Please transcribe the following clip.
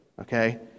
Okay